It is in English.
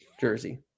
jersey